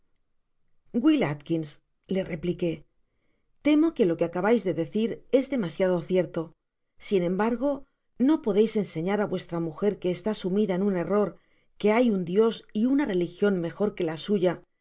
will atkins le replique temo que o que acabais de decir es demasiado cierto sin embargo no podeis enseñar á vuestra mujer que esta sumida en un error que hay un dios y una religion mejor que la suya